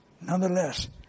nonetheless